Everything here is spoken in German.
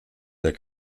der